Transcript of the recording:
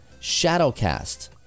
Shadowcast